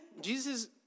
Jesus